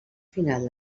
final